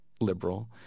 liberal